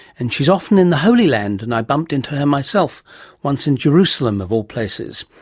and she's often in the holy land and i bumped into her myself once in jerusalem of all places.